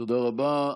תודה רבה.